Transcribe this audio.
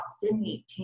Sydney